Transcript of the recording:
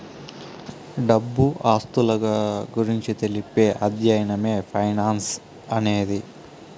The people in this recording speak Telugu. డబ్బు ఆస్తుల గురించి తెలిపే అధ్యయనమే ఫైనాన్స్ అనేది